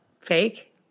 Fake